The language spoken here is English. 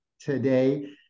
today